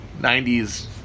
90s